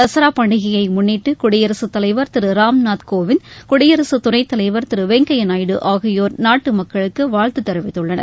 தசராப் பண்டிகையை முன்னிட்டு குடியரசுத் தலைவர் திரு ராம்நாத் கோவிந்த் குடியரசுத் துணை தலைவர் திரு வெங்கய்யா நாயுடு ஆகியோர் நாட்டு மக்களுக்கு வாழ்த்து தெரிவித்துள்ளனர்